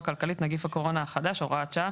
כלכלי (נגיף הקורונה החדש) (הוראת שעה),